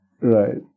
right